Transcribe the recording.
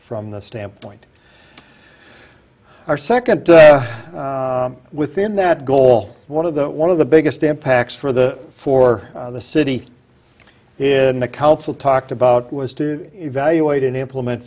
from the standpoint are second within that goal one of the one of the biggest impacts for the for the city if the council talked about was to evaluate and implement